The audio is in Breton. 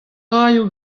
raio